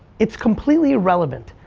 it's completely relevant.